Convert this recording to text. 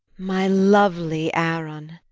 my lovely aaron,